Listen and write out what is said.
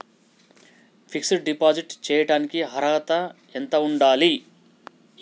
Fix డ్ deposit చేయటానికి అర్హత ఎంత ఉండాలి?